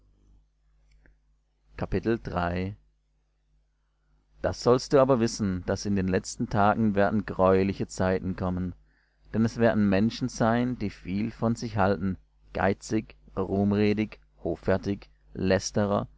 das sollst du aber wissen daß in den letzten tagen werden greuliche zeiten kommen denn es werden menschen sein die viel von sich halten geizig ruhmredig hoffärtig lästerer